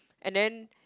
and then